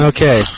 Okay